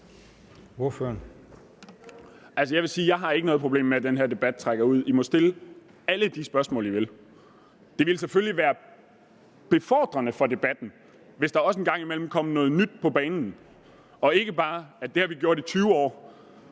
Jeg vil sige, at jeg ikke har noget problem med, at den her debat trækker ud, Man må stille alle de spørgsmål, man vil. Det ville selvfølgelig være befordrende for debatten, hvis der også en gang imellem kom noget nyt på banen og ikke bare, at det har vi gjort i 20 år,